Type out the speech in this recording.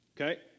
Okay